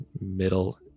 middle